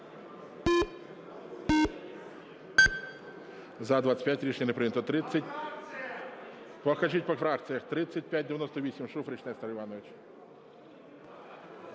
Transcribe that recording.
За-25 Рішення не прийнято. Покажіть по фракціях. 3598. Шуфрич Нестор Іванович.